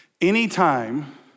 anytime